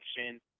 action